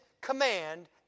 command